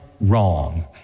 wrong